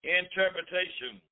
interpretation